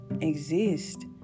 exist